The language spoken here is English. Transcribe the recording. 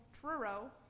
Truro